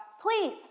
Please